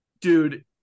dude